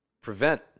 Prevent